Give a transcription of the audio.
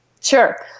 Sure